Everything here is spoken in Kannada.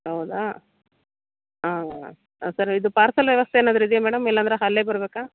ಹೌದಾ ಹಾಂ ಹಾಂ ಸರಿ ಇದು ಪಾರ್ಸೆಲ್ ವ್ಯವಸ್ಥೆ ಏನಾದ್ರೂ ಇದೆಯಾ ಮೇಡಮ್ ಇಲ್ಲಾಂದರೆ ಅಲ್ಲೇ ಬರಬೇಕಾ